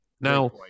Now